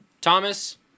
Thomas